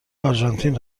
آرژانتین